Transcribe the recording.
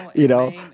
you know,